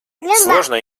сложной